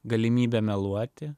galimybė meluoti